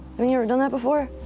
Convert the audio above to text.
i mean, you ever done that before?